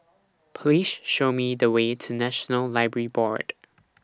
Please Show Me The Way to National Library Board